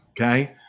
Okay